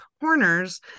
horners